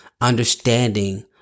understanding